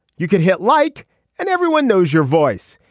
you can hit like and everyone knows your voice.